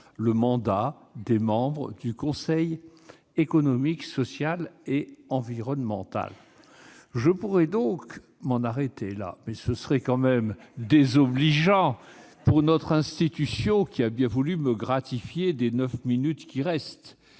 le mandat des membres du Conseil économique, social et environnemental ! Je pourrais en rester là, mais ce serait tout de même désobligeant pour notre institution, qui a bien voulu me gratifier des neuf minutes qui restent.